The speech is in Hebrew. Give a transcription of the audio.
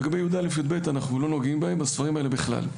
לגבי כיתות י"א-י"ב אנחנו לא נוגעים בספרים האלה בכלל.